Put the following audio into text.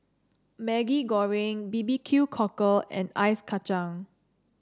Maggi Goreng bbq cockle and Ice Kacang